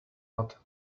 not